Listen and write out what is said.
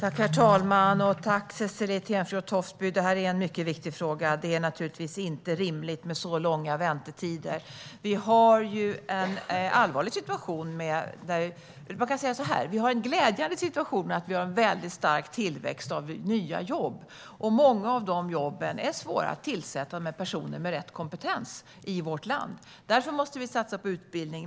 Herr talman! Jag tackar Cecilie Tenfjord-Toftby för en mycket viktig fråga. Det är givetvis inte rimligt med så långa väntetider. Vi har en glädjande situation med en stark tillväxt av nya jobb, men många av de jobben är svåra att tillsätta med personer med rätt kompetens i vårt land. Därför måste vi satsa på utbildning.